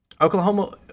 Oklahoma